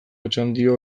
otxandio